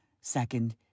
second